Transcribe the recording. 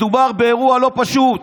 מדובר באירוע לא פשוט.